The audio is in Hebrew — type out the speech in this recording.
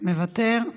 מוותר.